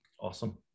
Awesome